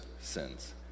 sins